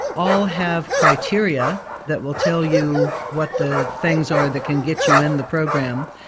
all have criteria that will tell you what the things are that can get you in the program.